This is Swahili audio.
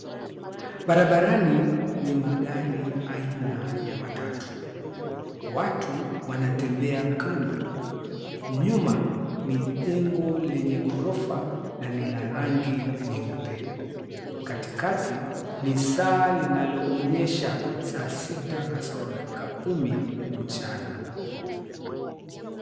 Barabarani ni magari aina ya matatu, watu wanatembea kando. Nyuma ni jengo lenye ghorofa na ni la rangi nyeupe. Katikati ni saa linaloonyesha saa sita kasoro dakika kumi mchana.